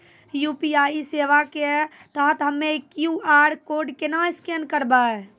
UPI सेवा के तहत हम्मय क्यू.आर कोड केना स्कैन करबै?